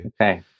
Okay